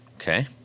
okay